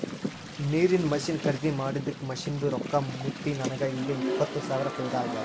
ನೀರಿಂದ್ ಮಷಿನ್ ಖರ್ದಿ ಮಾಡಿದ್ದುಕ್ ಮಷಿನ್ದು ರೊಕ್ಕಾ ಮುಟ್ಟಿ ನನಗ ಈಗ್ ಇಪ್ಪತ್ ಸಾವಿರ ಫೈದಾ ಆಗ್ಯಾದ್